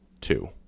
two